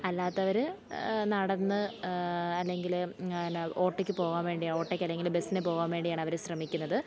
അല്ലാത്തവർ നടന്ന് അല്ലെങ്കിൽ ന്ന ഓട്ടോക്കു പോകാന് വേണ്ടി ഓട്ടോക്ക് അല്ലെങ്കിൽ ബസ്സെന്നു പോകാന് വേണ്ടിയാണവർ ശ്രമിക്കുന്നത്